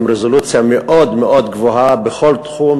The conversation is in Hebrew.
עם רזולוציה מאוד מאוד גבוהה בכל תחום,